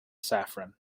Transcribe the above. saffron